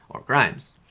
or grimes.